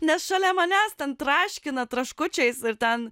nes šalia manęs ten traškina traškučiais ir ten